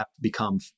become